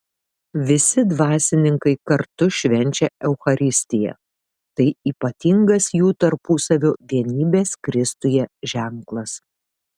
visi dvasininkai kartu švenčia eucharistiją tai ypatingas jų tarpusavio vienybės kristuje ženklas